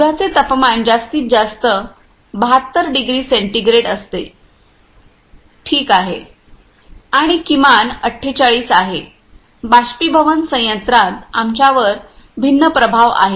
दुधाचे तापमान जास्तीत जास्त 72 डिग्री सेंटीग्रेड असते ठीक आहे आणि किमान 48 आहे बाष्पीभवन संयंत्रात आमच्यावर भिंन प्रभाव आहेत